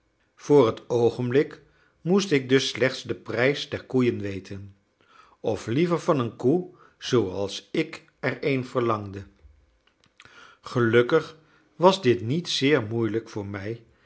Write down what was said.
voor het oogenblik moest ik dus slechts den prijs der koeien weten of liever van een koe zooals ik er een verlangde gelukkig was dit niet zeer moeielijk voor mij